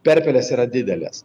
perpelės yra didelės